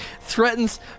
Threatens